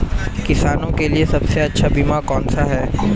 किसानों के लिए सबसे अच्छा बीमा कौन सा है?